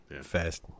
fast